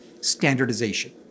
standardization